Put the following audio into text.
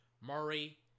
Murray